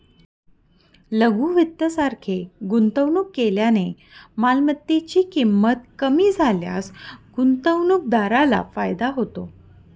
लघु वित्त सारखे गुंतवणूक केल्याने मालमत्तेची ची किंमत कमी झाल्यास गुंतवणूकदाराला फायदा होतो